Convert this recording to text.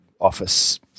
office